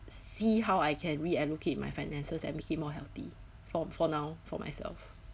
see how I can reallocate my finances and make it more healthy for for now for myself